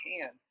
hand